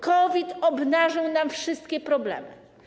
COVID obnażył nam wszystkie problemy.